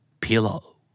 Pillow